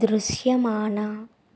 దృశ్యమాన